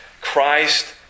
Christ